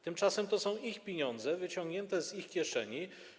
Tymczasem to są ich pieniądze, wyciągnięte z ich kieszeni.